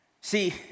See